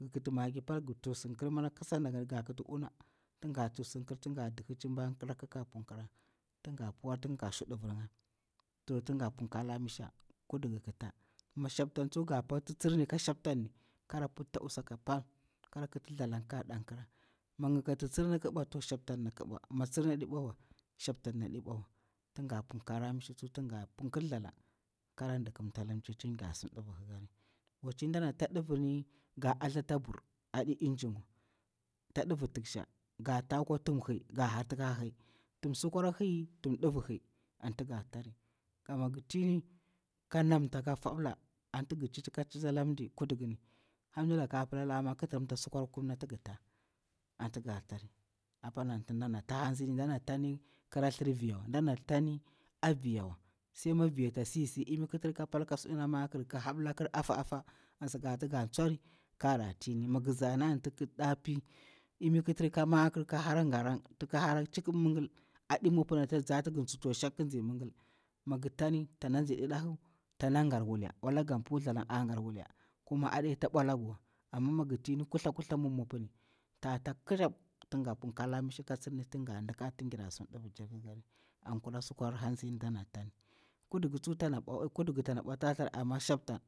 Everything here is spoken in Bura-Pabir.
Ng kita maggi pal ngi thrsir kir, ngi una ngi tursinkir, tin nga dihhi chiba rakka ka punkira, tin nga puwari tin nga shu ɗivirnga, to tin nga punkala misha kudika kita. Shaptang tsuwa ka paktitsir ni ka shaptangni kara puta a nku saka pal kara lat thlalang kara punkira, mi ngi gati tsirri ƙi bwa to shamtang miƙi bwa mi tsirni aɗi bwa wa to shaptang ni aɗi bwa wa, tingna punkala misina kara punkɗa thlalang, kara ɗikim ta ala mji tin gera simari. Watchi dana ta divini nga hatha ata bur aɗi inginwa ta ɗivir tiksha ka tari akwa thumir hi, turn sukwar hi turn ɗivir hi anti nga tarri a kwa, mi gir tiyi ka fabili anti ngi chitti ka chitti ala mji, har nɗilaka apilaƙi tiramta sukwarir kum nati ngi ta, anti nga tarri, apani anti dana ta'a hatzi, dana tania viya wa, tana tani sai ma apa viya ata sisi, imi ƙi tir kapal ka suɗa ka makir, ka haɓilakir afa afa an sakati nga tsori, kara tini, mi ngi zani anti imi ƙi tira ka tiramta ka makir ƙi hera gara'a, ƙi hara migil aɗi mopu wa tona nzi didi hu tana gar wule kuma a ɗeta ɓwa lagi wala gan pu thlaang a ger wule ta bwa lagi wa, amma mi ngir tini ku the kuthem ta tala kilem tin nga punke la misha ka tsiani, tin nge ɗikari tin gira simari, an kura sukwar hatsi tina ɗana tani.